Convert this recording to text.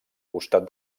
costat